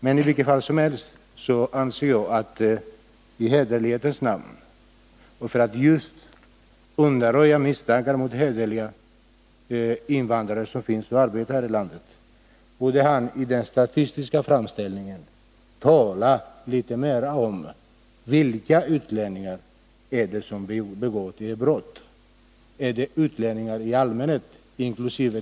Men i vilket fall som helst anser jag att han i hederlighetens namn och för att just undanröja misstankarna mot de hederliga invandrare som finns och arbetar här i landet borde tala litet mer om vilka utlänningar det är som begår brott när han gör den statistiska framställningen. Är det utlänningar i allmänhet inkl.